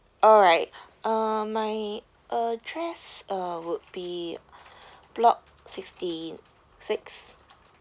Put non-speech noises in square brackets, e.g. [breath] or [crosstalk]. alright [breath] uh my address uh would be [breath] block sixty six